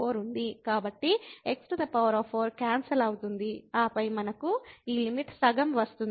కాబట్టి x4 cancel అవుతుంది ఆపై మనకు ఈ లిమిట్ సగం వస్తుంది